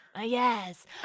yes